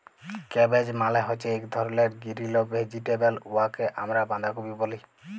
cabbage মালে হছে ইক ধরলের গিরিল ভেজিটেবল উয়াকে আমরা বাঁধাকফি ব্যলি